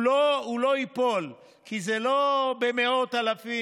הוא לא ייפול, כי זה לא במאות אלפים.